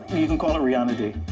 even call it rihanna day.